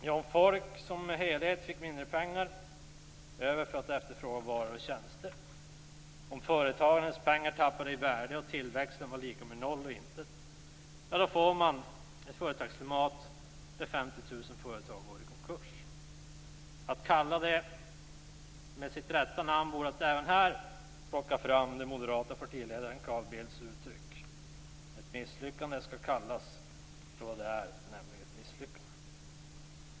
Ja, om folk i allmänhet får mindre pengar över till att efterfråga varor och tjänster, om företagens pengar tappar i värde och tillväxten är lika med noll och intet, då får man ett företagsklimat där 50 000 företag går i konkurs. Att kalla detta vid sitt rätta namn skulle innebära att även här plocka fram den moderate partiledaren Carl Bildts uttryck - ett misslyckande skall kallas för vad det är, nämligen ett misslyckande.